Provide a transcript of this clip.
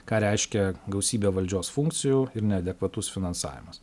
ką reiškia gausybė valdžios funkcijų ir neadekvatus finansavimas